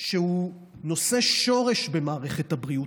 שהוא נושא שורש במערכת הבריאות,